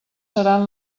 seran